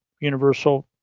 universal